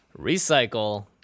Recycle